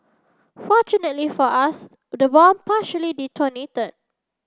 fortunately for us the bomb partially detonated